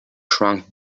shrunk